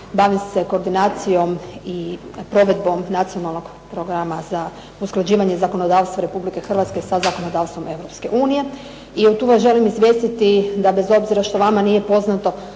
Bavim se koordinacijom i provedbom nacionalnog programa za usklađivanje zakonodavstva Republike Hrvatske sa zakonodavstvom EU i tu vas želim izvijestiti da bez obzira što vama nije poznato,